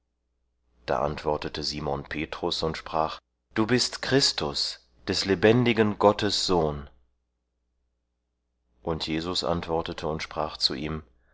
da antwortete simon petrus und sprach du bist christus des lebendigen gottes sohn und jesus antwortete und sprach zu ihm